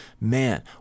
man